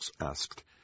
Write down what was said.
asked